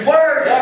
Word